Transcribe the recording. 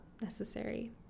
necessary